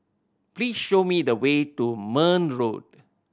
please show me the way to Marne Road